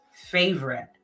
favorite